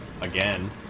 Again